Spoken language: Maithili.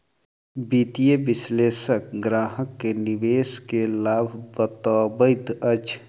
वित्तीय विशेलषक ग्राहक के निवेश के लाभ बतबैत अछि